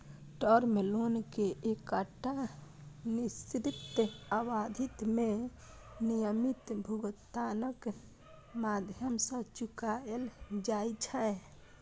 term loan कें एकटा निश्चित अवधि मे नियमित भुगतानक माध्यम सं चुकाएल जाइ छै